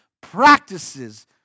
practices